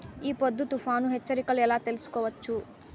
ఈ పొద్దు తుఫాను హెచ్చరికలు ఎలా తెలుసుకోవచ్చు?